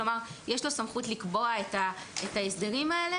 כלומר יש לו סמכות לקבוע את ההסדרים האלה.